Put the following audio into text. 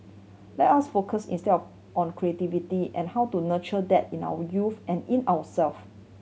let us focus instead on creativity and how to nurture that in our youth and in ourselves